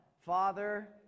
Father